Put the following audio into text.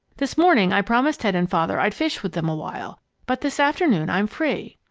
this morning i promised ted and father i'd fish with them awhile but this afternoon i'm free.